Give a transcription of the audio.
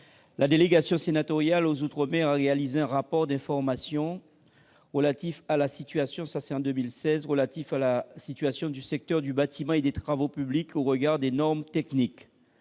la délégation sénatoriale aux outre-mer a réalisé en 2016 un rapport d'information relatif à la situation du secteur du bâtiment et des travaux publics au regard des normes techniques.